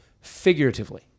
figuratively